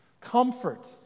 Comfort